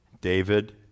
David